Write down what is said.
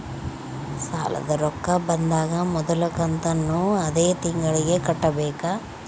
ಸಾಲದ ರೊಕ್ಕ ಬಂದಾಗ ಮೊದಲ ಕಂತನ್ನು ಅದೇ ತಿಂಗಳಿಂದ ಕಟ್ಟಬೇಕಾ?